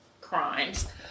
crimes